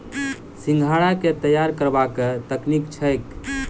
सिंघाड़ा केँ तैयार करबाक की तकनीक छैक?